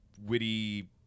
witty